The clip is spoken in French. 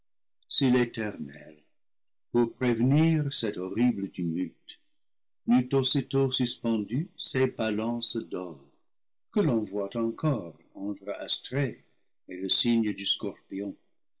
si l'éternel pour prévenir cet horrible tumulte n'eût aussitôt suspendu ses balances d'or que l'on voit encore entre astrée et le signe du scorpion